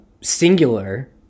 singular